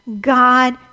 God